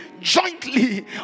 jointly